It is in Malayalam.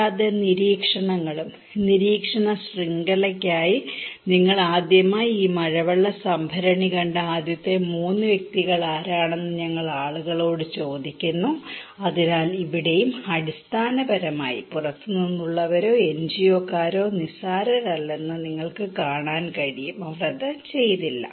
കൂടാതെ നിരീക്ഷണങ്ങളും നിരീക്ഷണ ശൃംഖലയ്ക്കായി നിങ്ങൾ ആദ്യമായി ഈ മഴവെള്ള സംഭരണി കണ്ട ആദ്യത്തെ മൂന്ന് വ്യക്തികൾ ആരാണെന്ന് ഞങ്ങൾ ആളുകളോട് ചോദിക്കുന്നു അതിനാൽ ഇവിടെയും അടിസ്ഥാനപരമായി പുറത്തുനിന്നുള്ളവരോ എൻജിഒക്കാരോ നിസ്സാരരാണെന്ന് നിങ്ങൾക്ക് കാണാൻ കഴിയും അവർ അത് ചെയ്തില്ല